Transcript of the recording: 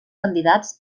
candidats